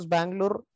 Bangalore